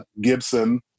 Gibson